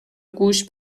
گوش